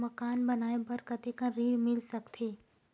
मकान बनाये बर कतेकन ऋण मिल सकथे?